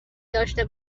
داشته